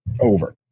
over